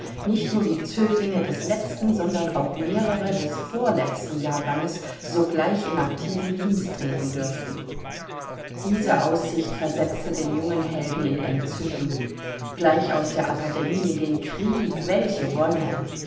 nicht nur die zöglinge des letzten sondern auch mehrere des vorletzten jahrganges sogleich in aktiven dienst treten dürften diese aussicht versetzte den jungen helden in entzücken gleich aus der akademie in den krieg welche wonne